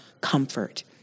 comfort